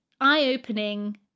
eye-opening